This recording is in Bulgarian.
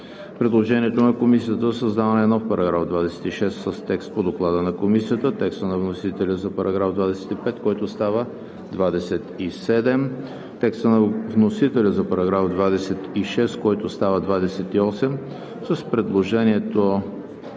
предложението на Комисията за създаване на нов § 26 с текст по Доклада на Комисията; текста на вносителя за § 25, който става § 27; текста на вносителя за § 26, който става § 28 с предложението